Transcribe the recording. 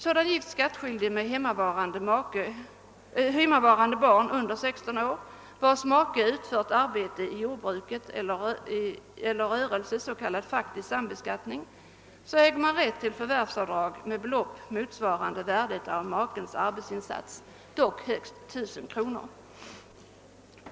Sådan gift skattskyldig med hemmavarande barn under 16 år vars make utfört arbete i jordbruk eller rörelse — s.k. faktisk sambeskattning — äger rätt till förvärvsavdrag med belopp motsvarande värdet av makens arbetsinsats, dock högst 1000 kr.